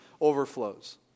overflows